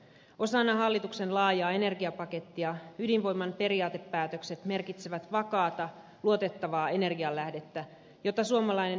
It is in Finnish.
osana hallituksen laajaa energiapakettia ydinvoiman periaatepäätökset merkitsevät vakaata luotettavaa energianlähdettä jota suomalainen hyvinvointiyhteiskunta tarvitsee